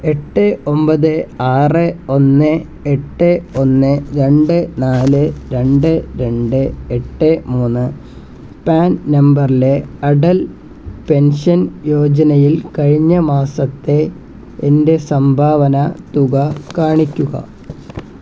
എട്ട് ഒമ്പത് ആറ് ഒന്ന് എട്ട് ഒന്ന് രണ്ട് നാല് രണ്ട് രണ്ട് എട്ട് മൂന്ന് പാൻ നമ്പറിലെ അടൽ പെൻഷൻ യോജനയിൽ കഴിഞ്ഞ മാസത്തെ എൻ്റെ സംഭാവന തുക കാണിക്കുക